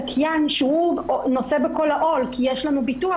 הזכיין שנושא בכל העול כי יש לו ביטוח,